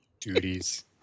Duties